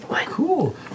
cool